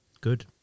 Good